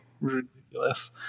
Ridiculous